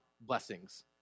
blessings